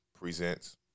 presents